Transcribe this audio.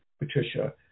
Patricia